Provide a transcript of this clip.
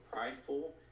prideful